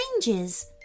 changes